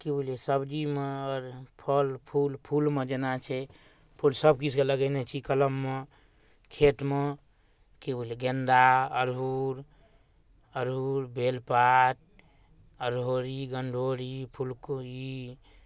कि बुझलिए सब्जीमे अगर फलफूल फूलमे जेना छै फूल सबकिछुके लगेने छी कलममे खेतमे कि बुझलिए गेन्दा अड़हुल अड़हुल बेलपात अरहोरी गन्धोरी फुलकोबी